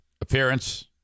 appearance